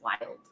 wild